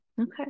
Okay